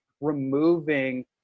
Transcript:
removing